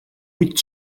vuit